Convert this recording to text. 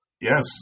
Yes